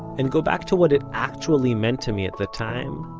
and go back to what it actually meant to me at the time,